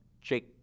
Jake